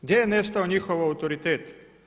Gdje je nestao njihov autoritet?